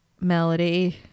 Melody